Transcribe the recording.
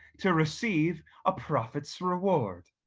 to receive a prophet's reward.